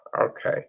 okay